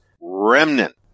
remnant